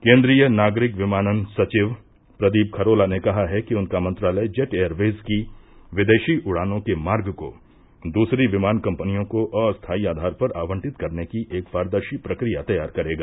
केन्द्रीय नागरिक विमानन सचिव प्रदीप खरोला ने कहा है कि उनका मंत्रालय जेट एयरवेज की विदेशी उड़ानों के मार्ग को दूसरी विमान कम्पनियों को अस्थाई आधार पर आवंटित करने की एक पारदर्शी प्रक्रिया तैयार करेगा